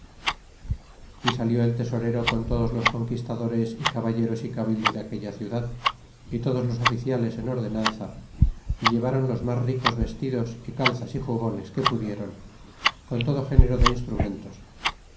y salió el tesorero con todos los conquistadores y caballeros y cabildo de aquella ciudad y todos los oficiales en ordenanza y llevron los mas ricos vestidos y calzas y jubones que pudieron con todo género de instrumentos